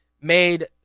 made